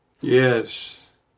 Yes